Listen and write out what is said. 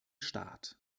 staat